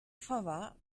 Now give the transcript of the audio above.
favar